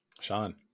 Sean